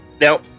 Now